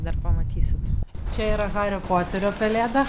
dar pamatysit čia yra hario poterio pelėda